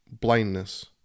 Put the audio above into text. blindness